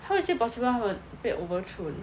how is it possible 他们被 overthrown